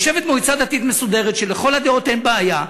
יושבת מועצה דתית מסודרת שלכל הדעות אין בה בעיה,